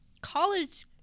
college